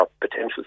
potential